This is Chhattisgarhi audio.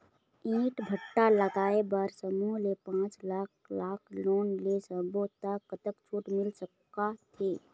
ईंट भट्ठा लगाए बर समूह ले पांच लाख लाख़ लोन ले सब्बो ता कतक छूट मिल सका थे?